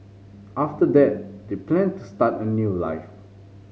after that they planned to start a new life